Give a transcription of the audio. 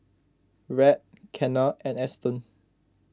Rhett Kenna and Eston